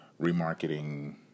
remarketing